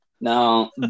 Now